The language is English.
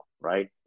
right